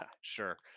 Sure